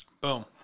Boom